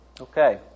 Okay